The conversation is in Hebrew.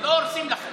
לא הורסים לכם.